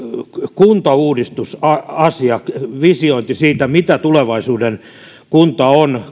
kuntauudistusasiat visiointi siitä mitä tulevaisuuden kunta on